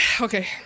okay